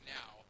now